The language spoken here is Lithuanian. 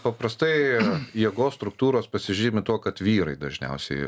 paprastai jėgos struktūros pasižymi tuo kad vyrai dažniausiai